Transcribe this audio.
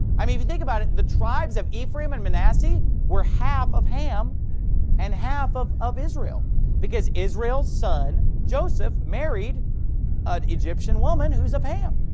i mean if you think about it, the tribes of ephraim and manasseh were half of ham and half of of israel because israel's son joseph married an egyptian woman, who was of ham.